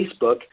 Facebook